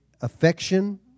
affection